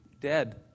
dead